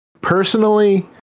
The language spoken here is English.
Personally